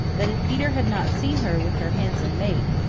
that if peter had not seen her with her handsome mate,